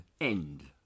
end